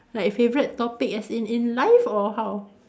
like favourite topic as in in life or how